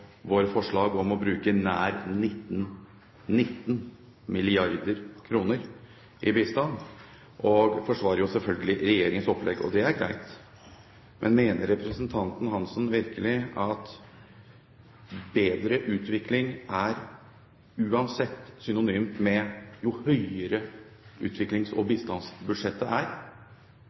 forslag om å bruke nær 19 mrd. kr i bistand. Han forsvarer jo selvfølgelig regjeringens opplegg, og det er greit. Men mener representanten Hansen virkelig at bedre utvikling uansett er synonymt med et stort utviklings- og bistandsbudsjett? Er